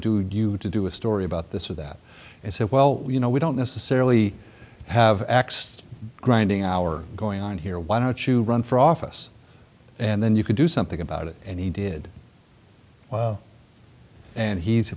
do you to do a story about this or that and said well you know we don't necessarily have axed grinding our going on here why don't you run for office and then you can do something about it and he did well and he's